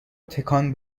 تکان